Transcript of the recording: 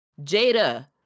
Jada